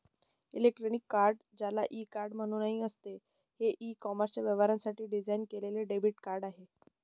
electronic card, ज्याला e card म्हणूनही असते, हे ई कॉमर्स व्यवहारांसाठी डिझाइन केलेले डेबिट कार्ड आहे